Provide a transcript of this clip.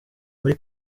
muri